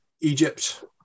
Egypt